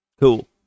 cool